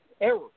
error